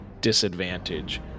disadvantage